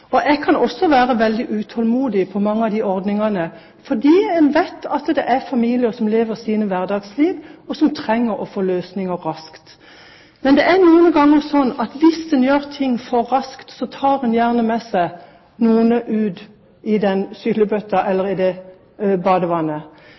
i. Jeg kan også være veldig utålmodig når det gjelder mange av ordningene, fordi en vet at det er familier som lever sine hverdagsliv som trenger å få løsninger raskt. Men det er noen ganger slik at hvis en gjør ting for raskt, kaster en gjerne ut noe med